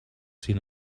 seen